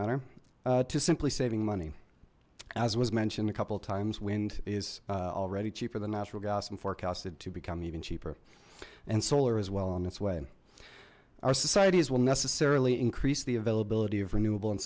matter simply saving money as was mentioned a couple of times wind is already cheaper than natural gas and forecasted to become even cheaper and solar is well on its way our societies will necessarily increase the availability of renewable and